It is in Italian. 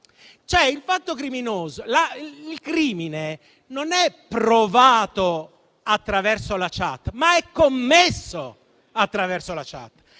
il fatto criminoso. Il crimine cioè non è provato attraverso la *chat*, ma è commesso attraverso di essa.